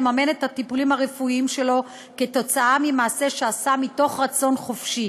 נממן את הטיפולים הרפואיים שלו כתוצאה ממעשה שעשה מתוך רצון חופשי,